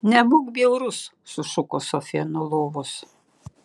nebūk bjaurus sušuko sofija nuo lovos